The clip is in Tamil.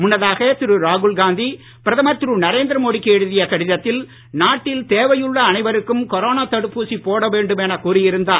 முன்னதாக திரு ராகுல்காந்தி பிரதமர் திரு நரேந்திர மோடிக்கு எழுதிய கடிதத்தில் நாட்டில் தேவையுள்ள அனைவருக்கும் கொரோனா தடுப்பூசி போட வேண்டும் என கூறியிருந்தார்